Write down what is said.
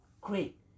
Great